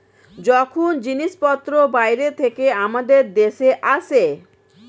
যখন জিনিসপত্র বাইরে থেকে আমাদের দেশে আসে